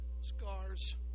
scars